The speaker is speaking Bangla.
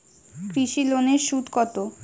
কৃষি লোনের সুদ কত?